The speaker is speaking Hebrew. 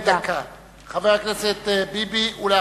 חבר הכנסת ביבי, בבקשה.